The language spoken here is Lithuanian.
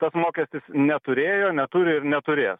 tas mokestis neturėjo neturi ir neturės